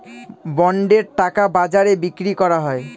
বন্ডের টাকা বাজারে বিক্রি করা হয়